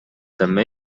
també